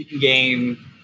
game